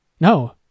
No